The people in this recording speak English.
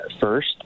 first